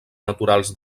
naturals